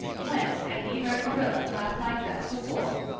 when had he heard marilla laugh like that before?